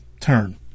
turn